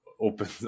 open